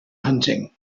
hunting